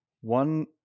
One